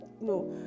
No